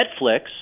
Netflix